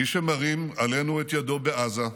מי שמרים עלינו את ידו בעזה,